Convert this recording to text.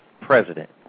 president